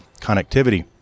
connectivity